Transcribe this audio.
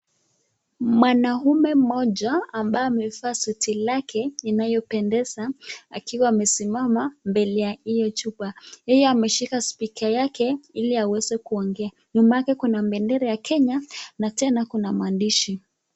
Mwanaume moja ambaye amevaa suti lake inayopendeza akiwa amesimama mbele ye hiyo jumba. Yeye ameshika spika yake ili aweze kuongea. Nyuma yake kuna bendera ya Kenya na tena kuna maandishi.